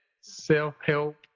self-help